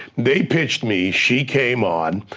they pitched me, she came on.